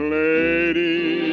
lady